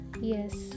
Yes